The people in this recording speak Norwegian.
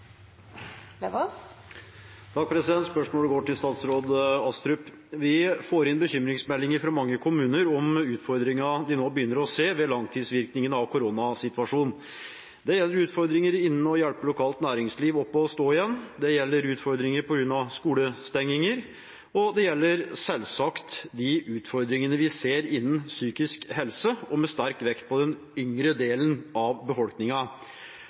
koronasituasjonen. Det gjelder utfordringer med å hjelpe lokalt næringsliv opp å stå igjen, det gjelder utfordringer på grunn av skolestenginger, og det gjelder selvsagt de utfordringene vi ser innen psykisk helse, og med sterk vekt på den yngre delen av